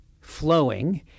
flowing